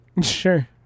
sure